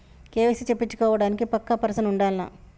KYC చేపిచ్చుకోవడానికి పక్కా person ఉండాల్నా?